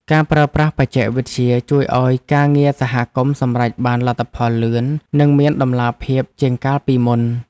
ការប្រើប្រាស់បច្ចេកវិទ្យាជួយឱ្យការងារសហគមន៍សម្រេចបានលទ្ធផលលឿន និងមានតម្លាភាពជាងកាលពីមុន។